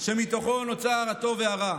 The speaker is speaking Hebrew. שמתוכו נוצר הטוב והרע.